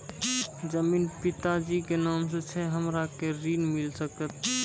जमीन पिता जी के नाम से छै हमरा के ऋण मिल सकत?